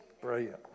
brilliant